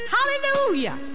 Hallelujah